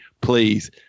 Please